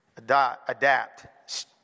adapt